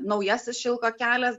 naujasis šilko kelias